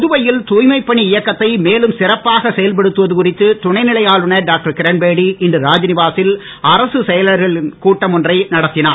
புதுவையில் தாய்மைப் பணி இயக்கத்தை மேலும் சிறப்பாக செயல்படுத்துவது குறித்து துணைநிலை ஆளுநர் டாக்டர் இரண்பேடி இன்று ராத்நிவாசில் அரசுச் செயலர்களின் கூட்டம் ஒன்றை நடத்தினார்